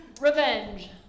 Revenge